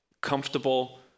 comfortable